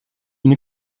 une